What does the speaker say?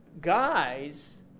guys